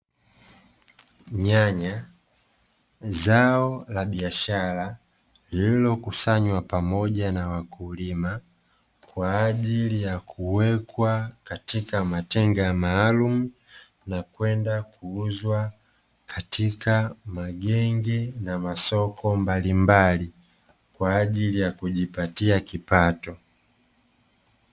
Nyanya, zao la biashara, lillilokusanywa pamoja na wakulima, kwa ajli ya kuwekwa katika matenga maalum na kwenda kuuzwa katika magenge na masoko mbalimbali, kwa ajili yakujipatia kipato.